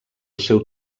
seu